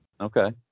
Okay